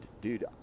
dude